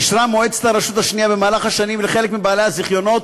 אישרה מועצת הרשות השנייה במהלך השנים לחלק מבעלי הזיכיונות